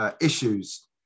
issues